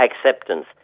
acceptance